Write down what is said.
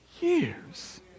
years